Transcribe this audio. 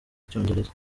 icyongereza